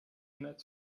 hundert